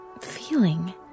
feeling